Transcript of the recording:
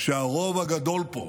שהרוב הגדול פה,